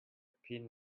pin